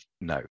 no